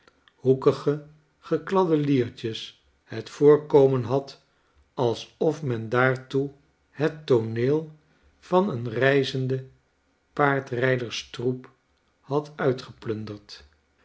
hoekige gekladde liertjes het voorkomen had alsof men daartoe het tooneel van een reizenden paardrijderstroep had